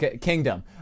kingdom